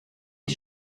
die